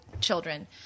children